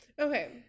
Okay